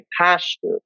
pastor